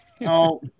No